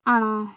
ആണോ